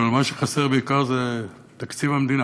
אבל מה שחסר בעיקר זה תקציב המדינה.